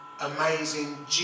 amazing